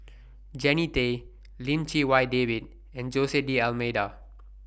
Jannie Tay Lim Chee Wai David and Jose D'almeida